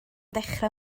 dechrau